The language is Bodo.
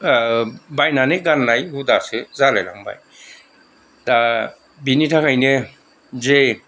बायनानै गाननाय हुदासो जालायलांबाय दा बेनिथाखायनो जे